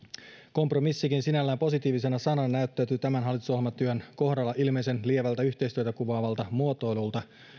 kompromissikin sinällään positiivisena sanana näyttäytyy tämän hallitusohjelmatyön kohdalla ilmeisen lievänä yhteistyötä kuvaavana muotoiluna